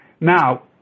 Now